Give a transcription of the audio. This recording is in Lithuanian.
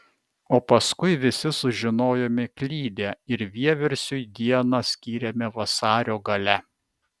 o paskui visi sužinojome klydę ir vieversiui dieną skyrėme vasario gale